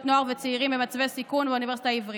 נוער וצעירים במצבי סיכון באוניברסיטה העברית,